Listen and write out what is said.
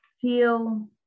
feel